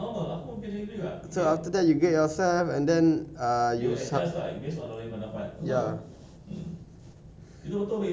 down here ah the way they do appraisal macam mana [tau] okay appraisal time I give you the appraisal form you you go and grade yourself